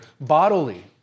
Bodily